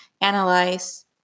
analyze